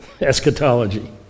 eschatology